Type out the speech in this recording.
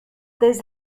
this